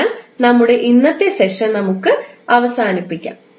ഇതിനാൽ നമ്മുടെ ഇന്നത്തെ സെഷൻ നമുക്ക് അവസാനിപ്പിക്കാം